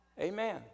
amen